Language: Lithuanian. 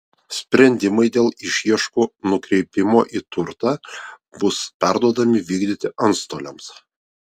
sprendimai dėl išieškų nukreipimo į turtą bus perduodami vykdyti antstoliams